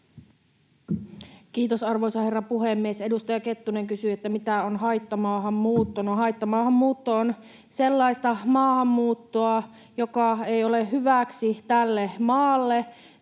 Kiitos, arvoisa herra puhemies! Edustaja Kettunen kysyi, mitä on haittamaahanmuutto. No haittamaahanmuutto on sellaista maahanmuuttoa, joka ei ole hyväksi tälle maalle.